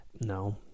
No